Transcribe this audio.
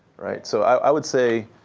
so i would say,